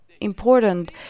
important